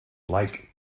like